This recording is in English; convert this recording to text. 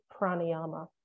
pranayama